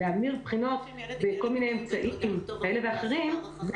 להמיר בחינות בכל מיני אמצעים כאלה ואחרים